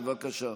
בבקשה.